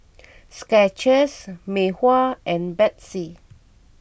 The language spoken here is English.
Skechers Mei Hua and Betsy